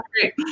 great